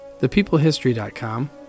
thepeoplehistory.com